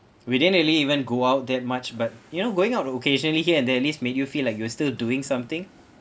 we didn't really even go out that much but you know going out occasionally here and there at least make you feel like you are still doing something